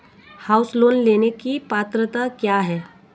House loan लेने की पात्रता क्या है?